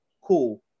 cool